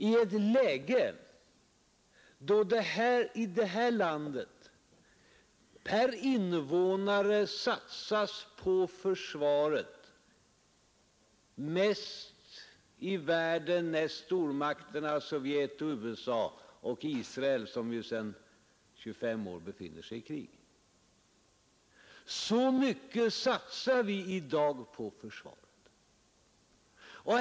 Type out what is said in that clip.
I ett läge, då detta land per invånare satsar på försvaret mest i världen näst stormakterna Sovjet och USA samt Israel, som sedan 25 år befinner sig i krig. Så mycket satsar vi i dag på försvaret.